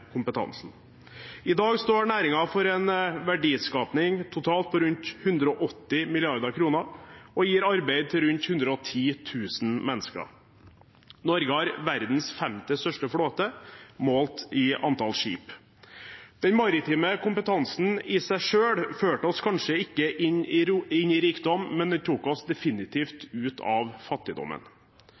kompetansen. I dag står næringen for en verdiskaping på rundt 180 mrd. kr totalt og gir arbeid til rundt 110 000 mennesker. Norge har verdens femte største flåte målt i antall skip. Den maritime kompetansen førte oss kanskje ikke i seg selv inn i rikdom, men den tok oss definitivt ut av fattigdommen.